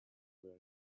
were